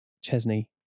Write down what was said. Chesney